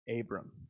Abram